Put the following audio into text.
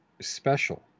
special